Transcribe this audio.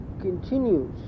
continues